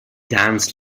danced